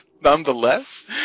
nonetheless